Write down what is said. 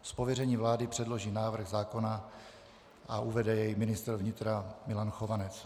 Z pověření vlády předloží návrh zákona a uvede jej ministr vnitra Milan Chovanec.